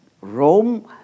Rome